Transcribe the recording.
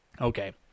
okay